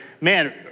man